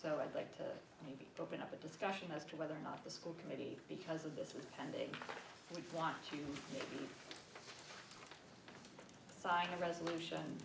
so i'd like to maybe open up a discussion as to whether or not the school committee because of this was tended to want to sign a resolution